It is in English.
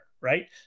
right